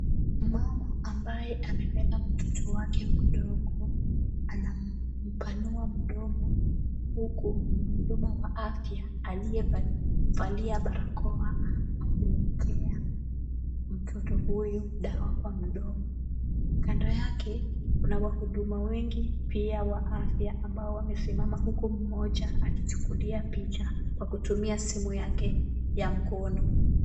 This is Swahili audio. Mama ambaye amebeba mtoto wake mdogo anampanua mdomo huku mhudumu wa afya aliyevalia barakoa akimpea mtoto huyu dawa kwa mdomo. Kando yake, kuna wahuduma wengi pia wa afya ambao wamesimama huku mmoja akichukulia picha kwa kutumia simu yake ya mkono.